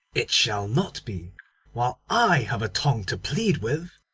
it shall not be while i have a tongue to plead with.